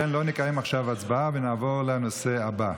לא נקיים עכשיו הצבעה, ונעבור לנושא הבא.